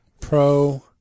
pro